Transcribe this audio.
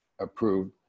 approved